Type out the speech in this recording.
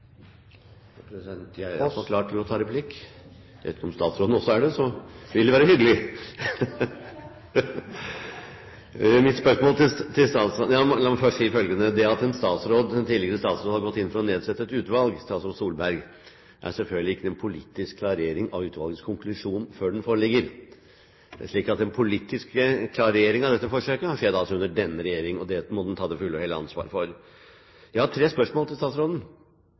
President, jeg er iallfall klar for replikk. Om statsråden også er det, ville det være hyggelig! Jo, eg er klar. La meg først si følgende: Det at en tidligere statsråd har gått inn for å nedsette et utvalg – statsråd Solberg – er selvfølgelig ikke en politisk klarering av utvalgets konklusjon før den foreligger. Den politiske klarering av dette forsøket har skjedd under denne regjering, og det må den ta det fulle og hele ansvaret for. Jeg har tre spørsmål til statsråden.